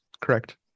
correct